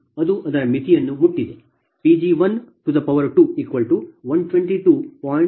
ಅದು ಅದರ ಮಿತಿಗಳನ್ನು ಮುಟ್ಟಿದೆ Pg1122